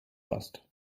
hast